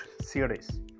series